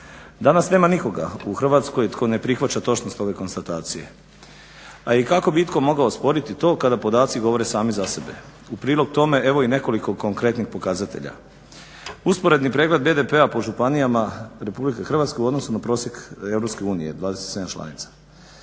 Danas nema nikoga u Hrvatskoj tko ne prihvaća točnost ove konstatacije, a i kako bi itko mogao osporiti to kada podaci govore sami za sebe. U prilog tome evo i nekoliko konkretnih pokazatelja. Usporedni pregleda BDP-a po županijama RH u odnosu na prosjek EU 27 članica.